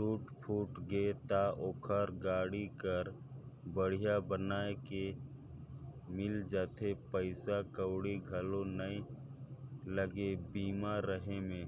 टूट फूट गे त ओखर गाड़ी हर बड़िहा बनाये के मिल जाथे पइसा कउड़ी घलो नइ लागे बीमा रहें में